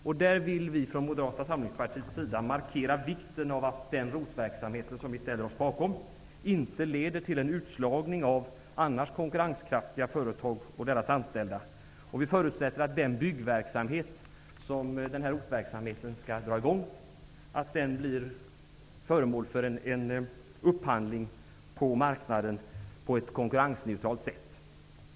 Vi vill från Moderata samlingspartiets sida markera vikten av att den ROT-verksamhet som vi ställer oss bakom inte leder till en utslagning av annars konkurrenskraftiga företag och deras anställda. Vi förutsätter att den byggverksamhet som den här ROT-verksamheten skall dra i gång blir föremål för en upphandling på marknaden på ett konkurrensneutralt sätt.